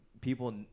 people